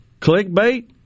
clickbait